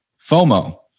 FOMO